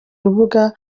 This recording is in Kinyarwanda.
rubuga